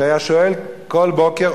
שהיה שואל כל בוקר,